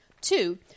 Two